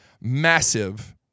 massive